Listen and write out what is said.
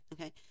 Okay